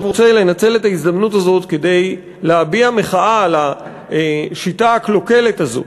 רוצה לנצל את ההזדמנות הזאת כדי להביע מחאה על השיטה הקלוקלת הזו